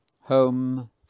home